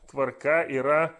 tvarka yra